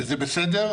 וזה בסדר,